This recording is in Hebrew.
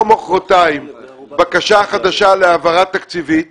מוחרתיים בקשה חדשה להעברת תקציבית